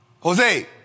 Jose